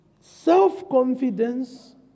self-confidence